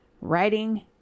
writing